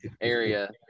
area